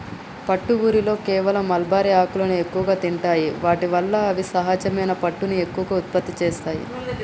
పట్టు ఊరిలో కేవలం మల్బరీ ఆకులను ఎక్కువగా తింటాయి వాటి వల్ల అవి సహజమైన పట్టుని ఎక్కువగా ఉత్పత్తి చేస్తాయి